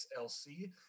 SLC